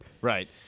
Right